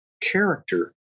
character